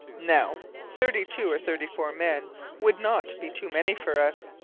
now, thirty-two or thirty-four men would not be too many for us,